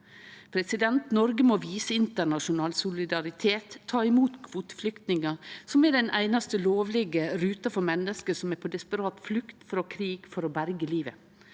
nordmenn. Noreg må vise internasjonal solidaritet og ta imot kvoteflyktningar, som er den einaste lovlege ruta for menneske som er på desperat flukt frå krig for å berge livet.